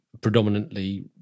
predominantly